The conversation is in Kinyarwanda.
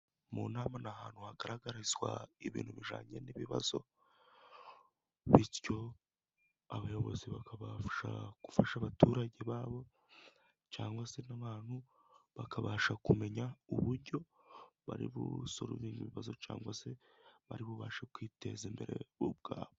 Mu nama ni ahantu hagaragarizwa ibintu bijyanye n'ibibazo， bityo abayobozi bakabafasha gufasha abaturage babo， cyangwa se n'abantu bakabasha kumenya uburyo bari busoruvinge ibibazo，cyangwa se bari bubashe kwiteza imbere ubwabo.